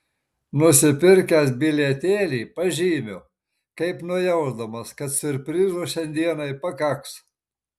nusipirkęs bilietėlį pažymiu kaip nujausdamas kad siurprizų šiandienai pakaks